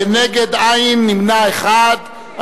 נגד, אין, נמנע אחד.